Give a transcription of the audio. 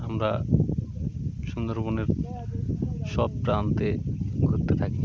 আমরা সুন্দরবনের সব প্রানতে ঘুরুতে থাকি